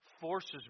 forces